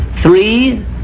three